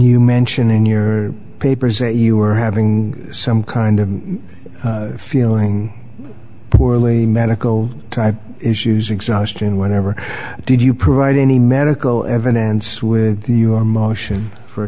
you mention in your papers say you were having some kind of feeling poorly medical issues exhaustion whatever did you provide any medical evidence with your motion for